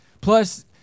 Plus